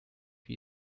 wie